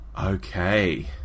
Okay